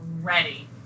ready